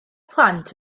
plant